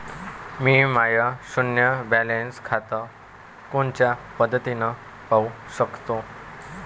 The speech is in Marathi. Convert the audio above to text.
मी माय शुन्य बॅलन्स खातं कोनच्या पद्धतीनं पाहू शकतो?